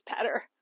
better